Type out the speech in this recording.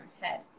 head